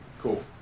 Cool